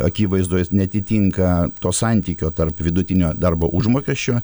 akivaizdoj neatitinka to santykio tarp vidutinio darbo užmokesčio